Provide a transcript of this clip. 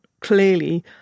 clearly